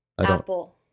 Apple